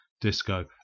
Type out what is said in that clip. disco